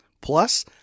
Plus